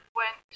went